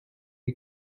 die